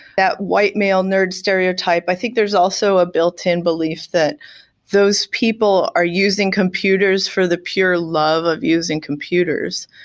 that white male nerd stereotype. i think there is also a built-in belief that those people are using computers for the pure love of using computers.